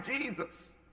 Jesus